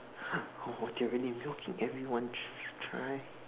okay we need to be looking everyone try